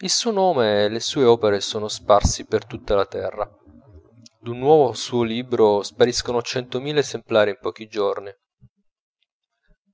il suo nome e le sue opere sono sparsi per tutta la terra d'un nuovo suo libro spariscono centomila esemplari in pochi giorni